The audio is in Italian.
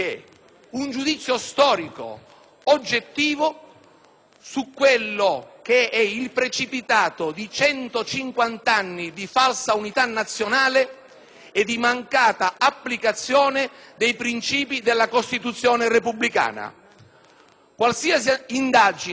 su quello che è il precipitato di 150 anni di falsa unità nazionale e di mancata applicazione dei princìpi della Costituzione repubblicana. Qualsiasi indagine o rigorosa analisi scientifica